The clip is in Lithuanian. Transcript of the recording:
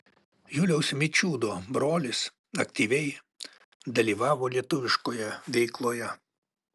juliaus mičiūdo brolis aktyviai dalyvavo lietuviškoje veikloje